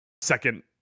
second